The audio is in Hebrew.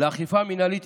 לאכיפה המינהלית,